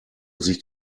sich